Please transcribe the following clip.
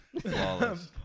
Flawless